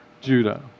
Judah